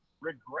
regret